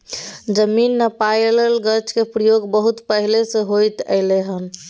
जमीन नापइ लेल गज के प्रयोग बहुत पहले से होइत एलै हन